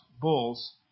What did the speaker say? bulls